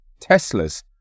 Teslas